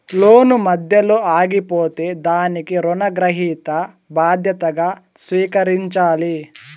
లోను మధ్యలో ఆగిపోతే దానికి రుణగ్రహీత బాధ్యతగా స్వీకరించాలి